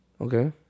Okay